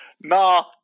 nah